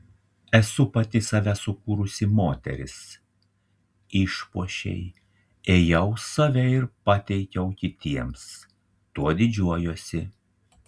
esu pati save sukūrusi moteris išpuošei ėjau save ir pateikiau kitiems tuo didžiuojuosi